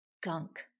gunk